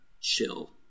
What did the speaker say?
chill